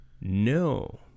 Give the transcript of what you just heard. No